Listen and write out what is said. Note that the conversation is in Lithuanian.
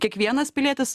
kiekvienas pilietis